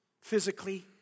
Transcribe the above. physically